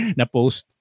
na-post